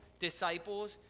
disciples